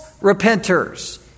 repenters